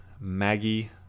Maggie